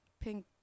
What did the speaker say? pink